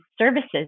services